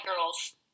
girls